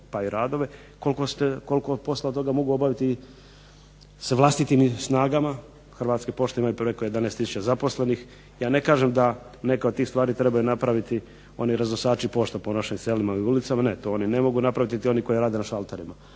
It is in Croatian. pa i radove, koliko posla toga mogu obaviti sa vlastitim snagama Hrvatske pošte ima preko 11 tisuća zaposlenih. Ja ne kažem da neke od tih stvari trebaju napraviti oni raznosači pošta po našim selima i ulicama, to oni ne mogu napraviti niti oni koji rade na šalterima.